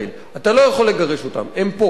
אתה לא יכול לגרש אותם, הם פה, הם עובדה.